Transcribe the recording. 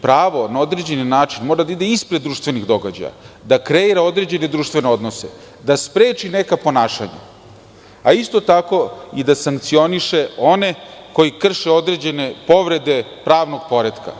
Pravo na određeni način mora da ide ispred društvenih događaja, da kreira određene društvene odnose, da spreči neka ponašanja, isto tako, da sankcioniše one koji krše određene povrede pravnog poretka.